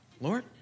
Lord